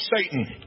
Satan